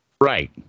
Right